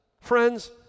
friends